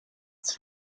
ses